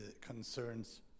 concerns